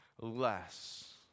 less